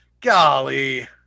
Golly